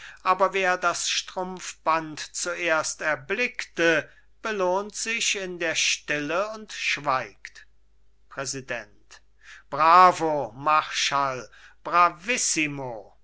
aber wer das strumpfband zuerst erblickte belohnt sich in der stille und schweigt präsident bravo marschall bravissimo